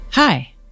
Hi